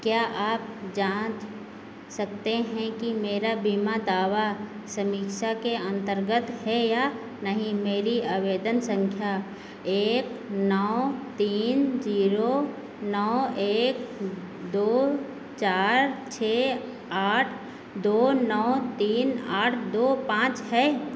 क्या आप जांच सकते हैं कि मेरा बीमा दावा समीक्षा के अन्तर्गत है या नहीं मेरी आवेदन संख्या एक नौ तीन जीरो नौ एक दो चार छः आठ दो नौ तीन आठ दो पांच है